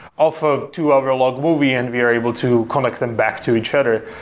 off of two hour log movie and we are able to connect them back to each other.